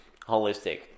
holistic